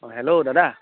অঁ হেল্ল' দাদা